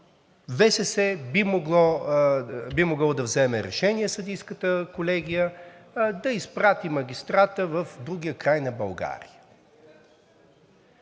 ВСС би могъл да вземе решение съдийската колегия да изпрати магистрата в другия край на България.